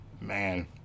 man